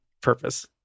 purpose